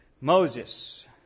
Moses